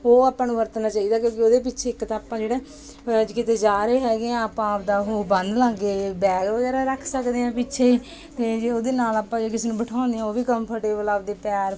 ਉਹ ਆਪਾਂ ਨੂੰ ਵਰਤਣਾ ਚਾਹੀਦਾ ਕਿਉਂਕਿ ਉਹਦੇ ਪਿੱਛੇ ਇੱਕ ਤਾਂ ਆਪਾਂ ਜਿਹੜਾ ਅਜ ਕਿਤੇ ਜਾ ਰਹੇ ਹੈਗੇ ਹਾਂ ਆਪਾਂ ਆਪਦਾ ਉਹ ਬੰਨ੍ਹ ਲਾਂਗੇ ਬੈਗ ਵਗੈਰਾ ਰੱਖ ਸਕਦੇ ਹਾਂ ਪਿੱਛੇ ਅਤੇ ਜੇ ਉਹਦੇ ਨਾਲ ਆਪਾਂ ਜੇ ਕਿਸੇ ਨੂੰ ਬਿਠਾਉਂਦੇ ਹਾਂ ਉਹ ਵੀ ਕੰਫਰਟੇਬਲ ਆਪਦੇ ਪੈਰ